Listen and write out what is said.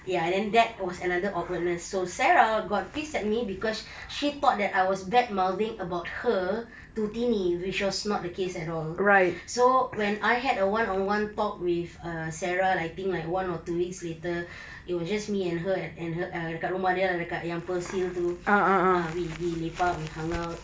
ya and then that was another awkwardness so sarah got pissed at me cause she thought I was badmouthing about her to tini which was not the case at all so when I had a one on one talk with err sarah I think like one or two weeks later it was just me and her at and dekat rumah dia dekat yang percil tu ah we we lepak we hung out